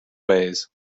ways